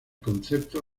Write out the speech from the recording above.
concepto